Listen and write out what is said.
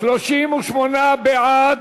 38 בעד.